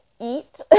eat